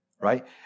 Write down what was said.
right